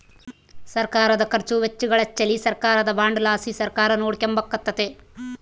ಸರ್ಕಾರುದ ಖರ್ಚು ವೆಚ್ಚಗಳಿಚ್ಚೆಲಿ ಸರ್ಕಾರದ ಬಾಂಡ್ ಲಾಸಿ ಸರ್ಕಾರ ನೋಡಿಕೆಂಬಕತ್ತತೆ